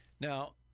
now